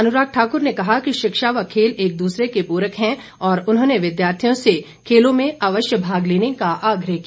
अनुराग ठाक्र ने कहा कि शिक्षा व खेल एक दूसरे के पूरक हैं और उन्होंने विद्यार्थियों से खेलों में अवश्य भाग लेने का आग्रह किया